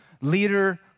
leader